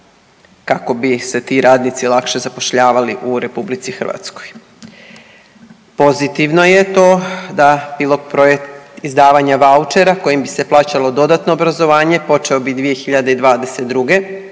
kako bi se ti radnici lakše zapošljavali u RH. Pozitivno je to da pilot projekt izdavanja vaučera kojim bi se plaćalo dodatno obrazovanje počeo bi 2022.,